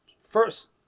first